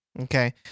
okay